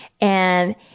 and-